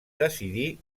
decidí